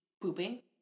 pooping